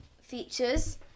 features